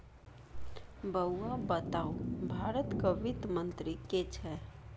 बौआ बताउ भारतक वित्त मंत्री के छै?